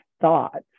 thoughts